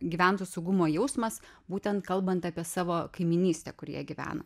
gyventojų saugumo jausmas būtent kalbant apie savo kaimynystę kur jie gyvena